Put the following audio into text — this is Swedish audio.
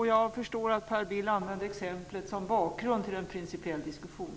Jag förstår att Per Bill använde exemplet som bakgrund till en principiell diskussion.